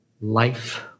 life